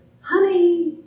honey